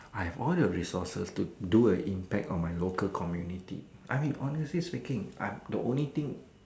I have all the resources to do an impact on my local community I mean honestly speaking I'm the only thing